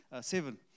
seven